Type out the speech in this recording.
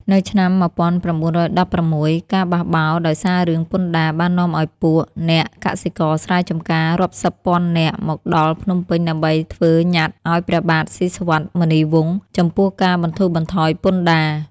នៅឆ្នាំ១៩១៦ ការបះបោរដោយសាររឿងពន្ធដារ បាននាំឲ្យពួកអ្នកកសិករស្រែចម្ការរាប់សិបពាន់នាក់មកដល់ភ្នំពេញដើម្បីធ្វើញត្តិអោយព្រះបាទស៊ីសុវត្ថិ មុនីវង្ស ចំពោះការបន្ធូរបន្ថយពន្ធដារ។